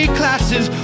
classes